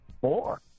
Four